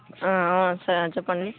sir చెప్పండి